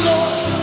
Lord